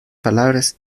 palabras